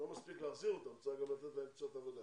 לא מספיק להחזיר אותם, צריך גם לתת להם קצת עבודה.